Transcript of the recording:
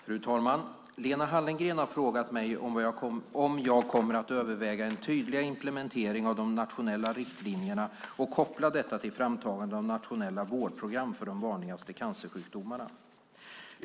Fru talman! Lena Hallengren har frågat mig om jag kommer att överväga en tydligare implementering av de nationella riktlinjerna och koppla detta till framtagande av nationella vårdprogram för de vanligaste cancersjukdomarna.